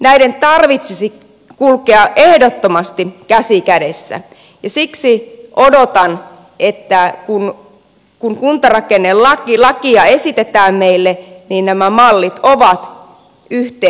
näiden tarvitsisi kulkea ehdottomasti käsi kädessä ja siksi odotan että kun kuntarakennelakia esitetään meille niin nämä mallit on yhteensovitettu